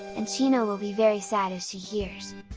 and chino will be very sad if she hears!